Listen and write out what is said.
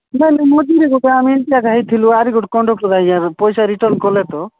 ନାଇଁ ନାଇଁ ମଝିରେ ଗୋଟେ ଆମେ ଏମିତି ଏକା ହେଇଥିଲୁ ଆରି ଗୋଟେ କଣ୍ଡକ୍ଟର୍ ଆଜ୍ଞା ପଇସା ରିଟର୍ନ୍ କଲେ ତ